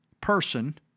person